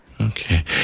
Okay